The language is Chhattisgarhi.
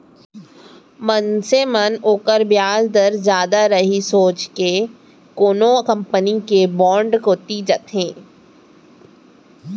मनसे मन ओकर बियाज दर जादा रही सोच के कोनो कंपनी के बांड कोती जाथें